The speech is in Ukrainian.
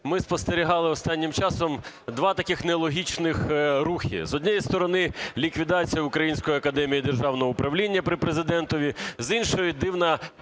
Ми спостерігали останнім часом два таких нелогічних рухи. З однієї сторони ліквідація Української Академії державного управління при Президентові, з іншої дивна